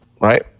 right